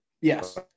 Yes